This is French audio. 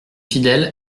fidèles